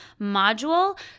module